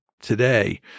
today